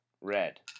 red